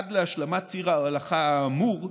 עד להשלמת ציר ההולכה האמור,